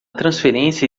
transferência